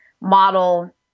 model